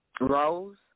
Rose